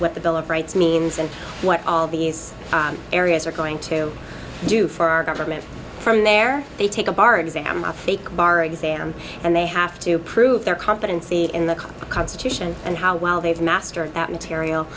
what the bill of rights means and what all these areas are going to do for our government from there they take a bar exam a fake bar exam and they have to prove their competency in the constitution and how well they've mastered that material